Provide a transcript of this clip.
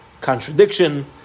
contradiction